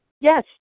Yes